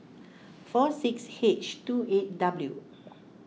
four six H two eight W